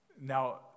Now